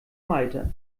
malta